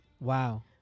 wow